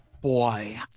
boy